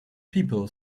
people